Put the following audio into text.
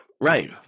Right